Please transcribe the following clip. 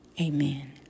Amen